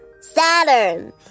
Saturn